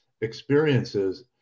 experiences